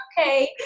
okay